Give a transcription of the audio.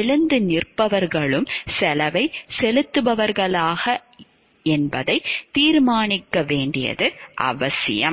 எழுந்து நிற்பவர்களும் செலவை செலுத்துவார்களா என்பதை தீர்மானிக்க வேண்டியது அவசியம்